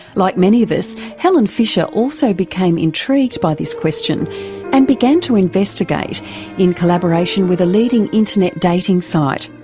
like many of us, helen fisher also became intrigued by this question and began to investigate in collaboration with a leading internet dating site.